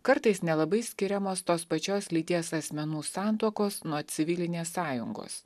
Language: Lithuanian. kartais nelabai skiriamos tos pačios lyties asmenų santuokos nuo civilinės sąjungos